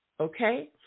okay